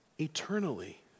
eternally